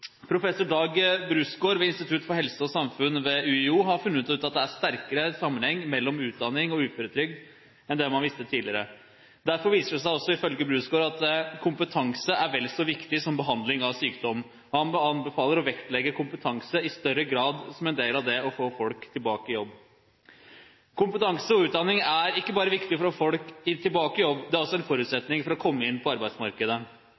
Professor Dag Bruusgaard ved Institutt for helse og samfunn ved Universitetet i Oslo har funnet at det er en sterkere sammenheng mellom utdanning og uføretrygd enn det man har visst tidligere. Derfor viser det seg, ifølge Bruusgaard, at kompetanse er vel så viktig som behandling av sykdom. Han anbefaler å vektlegge kompetanse i større grad som en del av det å få folk tilbake i jobb. Kompetanse og utdanning er ikke bare viktig for å få folk tilbake i jobb, det er også en forutsetning for å komme inn på arbeidsmarkedet.